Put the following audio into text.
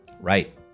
Right